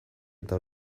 eta